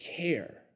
care